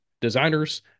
designers